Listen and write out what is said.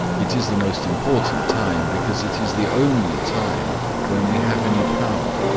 it is the most important time because it is the only time when we have any power.